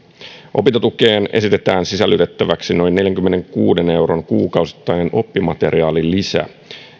opintotukeen esitetään sisällytettäväksi noin neljänkymmenenkuuden euron kuukausittainen oppimateriaalilisä